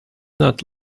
not